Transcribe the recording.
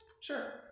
sure